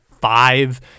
five